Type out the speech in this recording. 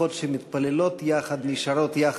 משפחות שמתפללות יחד נשארות יחד.